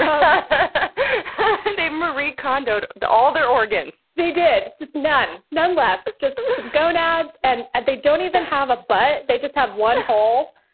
and and they marie kondo'd all their organs. they did. just none. none left. just gonads. and and they don't even have a butt they just have one hole.